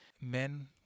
men